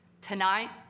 Tonight